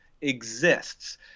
exists